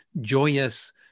joyous